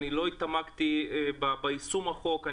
לא התעמקתי ביישום החוק.